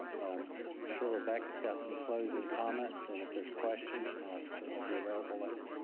and i'm sure rebecca's got some closing comments and if there's questions, i'll certainly be available later.